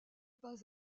pas